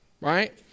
right